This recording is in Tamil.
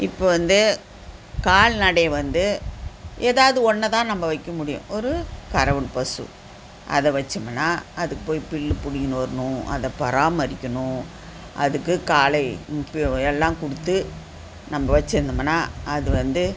இப்போ வந்து கால்நடை வந்து ஏதாவது ஒன்றை தான் நம்ப வைக்க முடியும் ஒரு கறவன் பசு அதை வைச்சமுன்னா அதுக்கு போய் புல்லு பிடிங்கின்னு வரணும் அதை பராமரிக்கணும் அதுக்கு காலை இப்போயும் எல்லாம் கொடுத்து நம்ப வச்சுருந்தமுன்னா அது வந்து